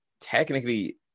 technically